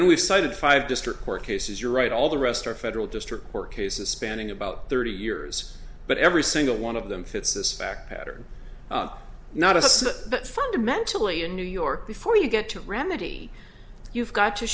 then we've cited five district court cases you're right all the rest are federal district court cases spanning about thirty years but every single one of them fits this fact pattern not a set but fundamentally in new york before you get to remedy you've got to